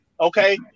okay